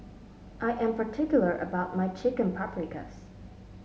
I am particular about my Chicken Paprikas